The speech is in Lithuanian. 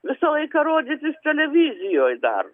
visą laiką rodytis televizijoj dar